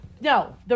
no